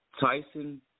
Tyson